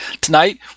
tonight